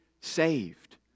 saved